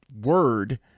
word